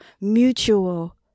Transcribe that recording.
mutual